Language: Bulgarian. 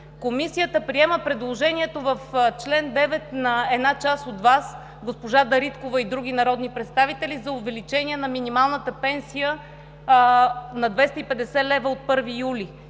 Комисията приема предложението в чл. 9 на една част от Вас – госпожа Дариткова и други народни представители, за увеличение на минималната пенсия на 250 лв. от 1 юли.